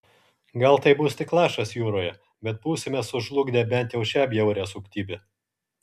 gal tai bus tik lašas jūroje bet būsime sužlugdę bent jau šią bjaurią suktybę